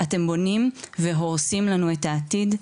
אתם בונים והורסים לנו את העתיד,